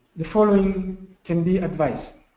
the following can be advised.